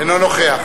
אינו נוכח